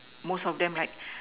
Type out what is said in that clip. most of them like